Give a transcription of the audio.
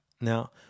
Now